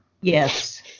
yes